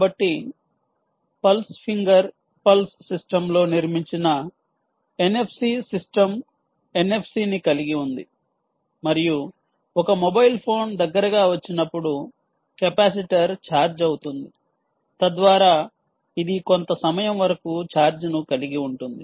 కాబట్టి pulse finger pulse సిస్టమ్లో నిర్మించిన ఎన్ఎఫ్సి సిస్టమ్ ఎన్ఎఫ్సిని కలిగి ఉంది మరియు ఒక మొబైల్ ఫోన్ దగ్గరగా వచ్చినప్పుడు కెపాసిటర్ ఛార్జ్ అవుతుంది తద్వారా ఇది కొంత సమయం వరకు ఛార్జ్ను కలిగి ఉంటుంది